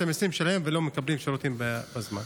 המיסים שלהם ולא מקבלים שירותים בזמן.